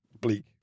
bleak